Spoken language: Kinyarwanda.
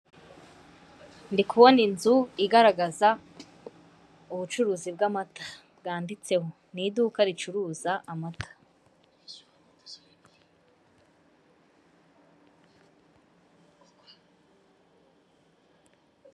Ndi kubona inzu igaragaza ubucuruzi bw'amata bwanditsemo. Ni iduka ricuruza amata.